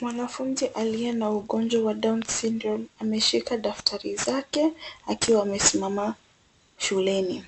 Mwanafunzi aliye na ugonjwa wa down syndrome ameshika daftari zake, akiwa amesimama shuleni.